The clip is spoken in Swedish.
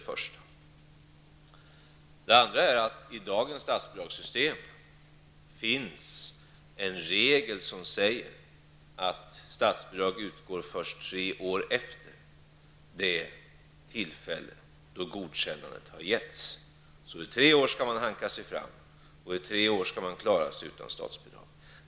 För det andra finns det i dagens statsbidragssystem en regel som säger att statsbidrag utgår först tre år efter det att godkännandet har getts. Under tre år skall skolan hanka sig fram utan statsbidrag.